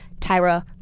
Tyra